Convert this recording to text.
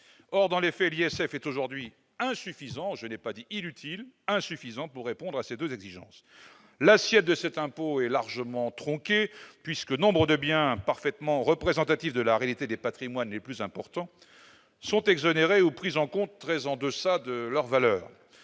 Or dans les faits, l'ISF est aujourd'hui insuffisant- je n'ai pas dit inutile -pour répondre à ces deux exigences. L'assiette de cet impôt est largement tronquée puisque nombre de biens parfaitement représentatifs de la réalité des patrimoines les plus importants sont exonérés ou pris en compte très en deçà de leur valeur.